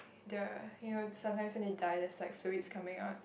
the you know sometimes when you die there's like fluids coming out